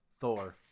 Thor